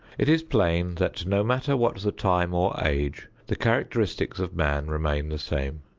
it is plain that no matter what the time or age, the characteristics of man remain the same.